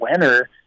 winner